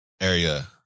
area